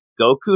Goku